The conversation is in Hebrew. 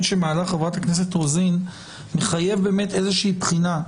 שמעלה חברת הכנסת רוזין מחייב איזושהי בחינה.